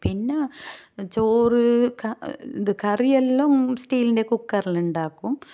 പിന്നെ ചോറ് കറിയെല്ലാം സ്റ്റീലിൻ്റെ കുക്കറിൽ ഉണ്ടാക്കും